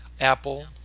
Apple